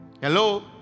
Hello